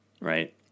right